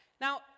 Now